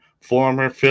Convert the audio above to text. former